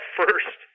first